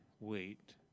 wait